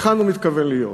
היכן הוא מתכוון להיות,